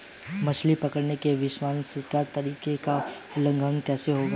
मछली पकड़ने की विनाशकारी तकनीक का उन्मूलन कैसे होगा?